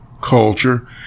culture